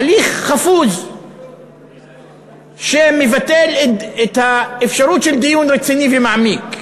הליך חפוז שמבטל את האפשרות של דיון רציני ומעמיק.